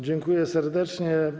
Dziękuję serdecznie.